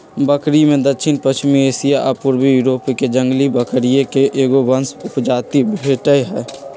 बकरिमें दक्षिणपश्चिमी एशिया आ पूर्वी यूरोपके जंगली बकरिये के एगो वंश उपजाति भेटइ हइ